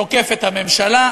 תוקף את הממשלה.